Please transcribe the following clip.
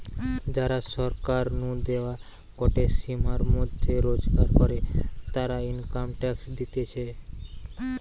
যারা সরকার নু দেওয়া গটে সীমার মধ্যে রোজগার করে, তারা ইনকাম ট্যাক্স দিতেছে